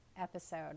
episode